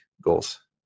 goals